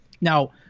Now